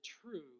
true